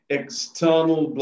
external